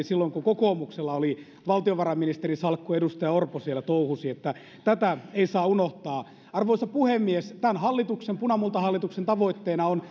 silloin kun kokoomuksella oli valtiovarainministerin salkku edustaja orpo siellä touhusi tätä ei saa unohtaa arvoisa puhemies tämän hallituksen punamultahallituksen tavoitteena on